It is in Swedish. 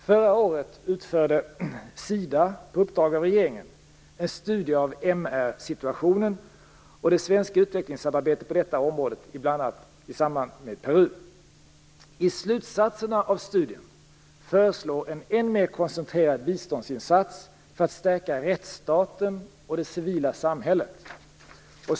Förra året utförde situationen och det svenska utvecklingssamarbetet på detta område bl.a. i samband med Peru. I slutsatserna av studien föreslås en än mer koncentrerad biståndsinsats för att stärka rättsstaten och det civila samhället.